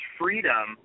freedom